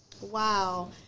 Wow